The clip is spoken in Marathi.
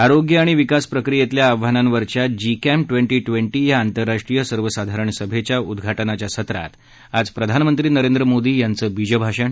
आरोग्य आणि विकास प्रक्रियेतल्या आव्हानांवरच्या जिक्सि ट्वेंटी ट्वेंटी या आंतरराष्ट्रीय सर्वसाधारण सभेच्या उद्घाटनाच्या सत्रात आज प्रधानमंत्री नरेंद्र मोदी यांचं बीजभाषण